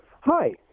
Hi